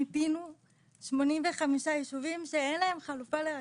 מיפינו 85 יישובים שאין להם חלופה לרכבת.